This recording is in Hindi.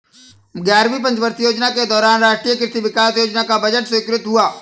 ग्यारहवीं पंचवर्षीय योजना के दौरान राष्ट्रीय कृषि विकास योजना का बजट स्वीकृत हुआ